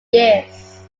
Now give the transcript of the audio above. years